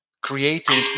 creating